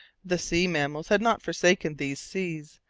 the sea mammals had not forsaken these seas.